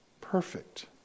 perfect